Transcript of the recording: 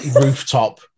rooftop